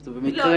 זה במקרה.